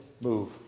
move